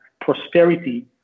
prosperity